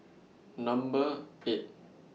Number eight